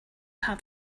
have